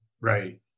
Right